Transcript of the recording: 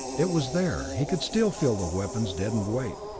it was there he could still feel the weapon's deadened weight.